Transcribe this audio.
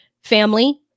family